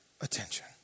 attention